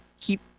keep